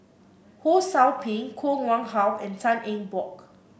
Ho Sou Ping Koh Nguang How and Tan Eng Bock